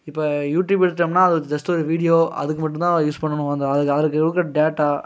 இப்போ யூடியூப்பை எடுத்துட்டோம்னா அது ஒரு ஜஸ்ட்டு ஒரு வீடியோ அதுக்கு மட்டுந்தான் யூஸ் பண்ணணும் அந்த அதுக்கு அதுக்கு கொடுக்குற டேட்டா